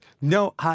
No